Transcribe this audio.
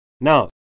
Now